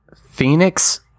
Phoenix